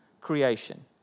creation